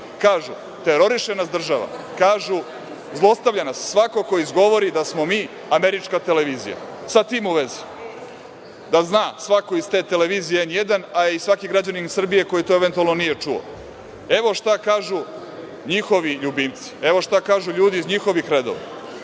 Kažu – teroriše nas država, kažu – zlostavlja nas svako ko izgovori da smo mi američka televizija. Sa tim u vezi, da zna svako iz te televizije N1, a i svaki građanin Srbije koji to eventualno nije čuo. Evo šta kažu njihovi ljubimci, evo šta kažu ljudi iz njihovih redova.